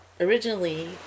originally